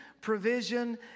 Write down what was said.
provision